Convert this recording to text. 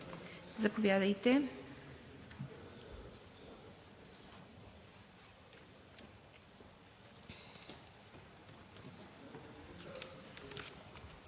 Заповядайте,